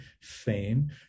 fame